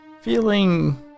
Feeling